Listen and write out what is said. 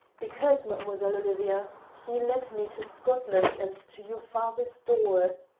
because, mademoiselle olivia, he led me to scotland and to your father's door.